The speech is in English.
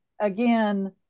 again